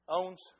owns